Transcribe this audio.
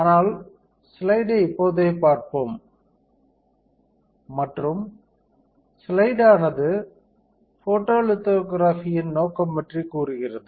ஆனால் ஸ்லைடை இப்போதே பார்ப்போம் மற்றும் ஸ்லைடு ஆனது போட்டோலிதோகிராஃபியின் நோக்கம் பற்றி கூறுகிறது